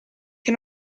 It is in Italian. che